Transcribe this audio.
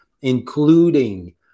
including